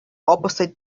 opposite